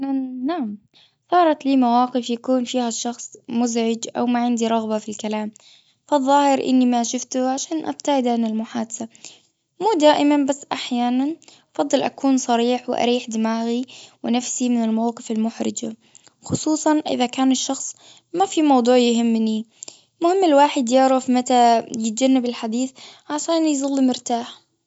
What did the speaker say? أحيانا نعم صارت لي مواقف يكون فيها الشخص مزعج أو ما عندي رغبة في الكلام. فالظاهر أني ما شفته عشان أبتعد عن المحادثة. مو دائما بس أحيانا أفضل أكون صريح وأريح دماغي ونفسي من الموقف المحرجة. خصوصا إذا كان الشخص ما في موضوع يهمني. المهم الواحد يعرف متى يتجنب الحديث؟ عشان يظل مرتاح.